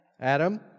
Adam